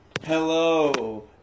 hello